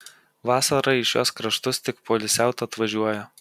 vasarą į šiuos kraštus tik poilsiaut atvažiuoja